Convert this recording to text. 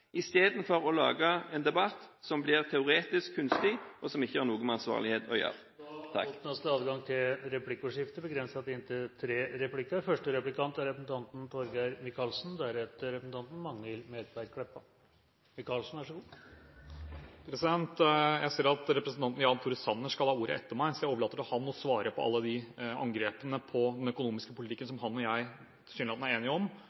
istedenfor å lage en debatt som blir teoretisk kunstig, og som ikke har noe med ansvarlighet å gjøre. Representanten Ketil Solvik-Olsen har tatt opp de forslagene han refererte til. Det åpnes for replikkordskifte. Jeg ser at representanten Jan Tore Sanner skal ha ordet etter meg, så jeg overlater til ham å svare på alle de angrepene på den økonomiske politikken som han og jeg tilsynelatende er enige om,